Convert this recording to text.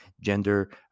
gender